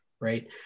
right